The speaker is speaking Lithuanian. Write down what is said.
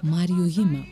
marju hima